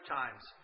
times